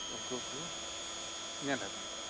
ᱩᱱᱠᱩ ᱠᱚ ᱧᱮᱞ ᱦᱟᱛᱟᱲ ᱫᱟ